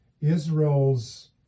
Israel's